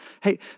Hey